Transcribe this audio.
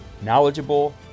knowledgeable